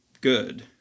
good